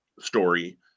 Story